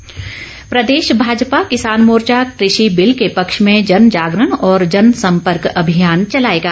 किसान मोर्चा प्रदेश भाजपा किसान मोर्चा कृषि बिल के पक्ष में जन जागरण और जन सम्पर्क अभियान चलाएगा